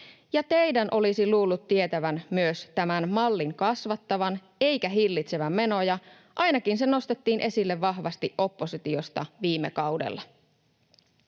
teidän olisi luullut tietävän myös tämän mallin kasvattavan eikä hillitsevän menoja. Ainakin se nostettiin esille vahvasti oppositiosta viime kaudella.